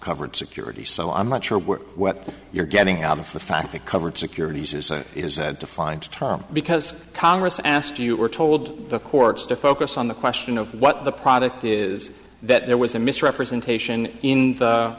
covered securities so i'm not sure what you're getting out of the fact that covered securities is is said to find tom because congress asked you were told the courts to focus on the question of what the product is that there was a misrepresentation in the